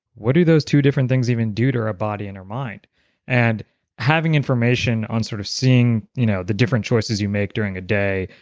what do those two different things even do to our ah body and our mind and having information on sort of seeing you know the different choices you make during a day,